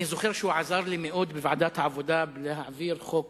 אני זוכר שהוא עזר לי בוועדת העבודה להעביר חוק